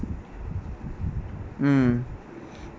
mm